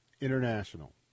International